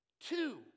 Two